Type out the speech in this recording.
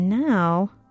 Now